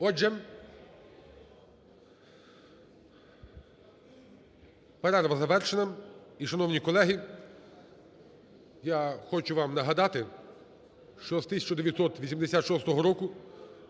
Отже, перерва завершена і, шановні колеги, я хочу вам нагадати з 1986 року